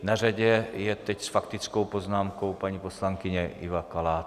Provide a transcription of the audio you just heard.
Na řadě je teď s faktickou poznámkou paní poslankyně Iva Kalátová.